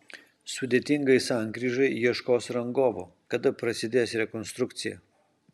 sudėtingai sankryžai ieškos rangovo kada prasidės rekonstrukcija